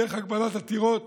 דרך הגבלת עתירות